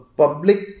public